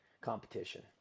competition